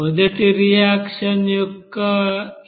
మొదటి రియాక్షన్ యొక్క హీట్ 161